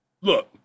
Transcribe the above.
Look